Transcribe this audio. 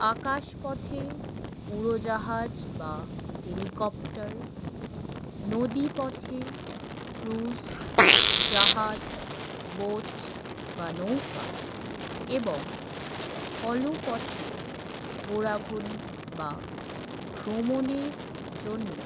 আকাশপথে উড়োজাহাজ বা হেলিকপ্টার নদীপথে ক্রুজ জাহাজ বোট বা নৌকা এবং স্থলপথে ঘোরাঘুরি বা ভ্রমণের জন্য